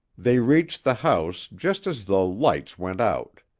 they reached the house just as the lights went out.